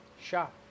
shop